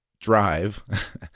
drive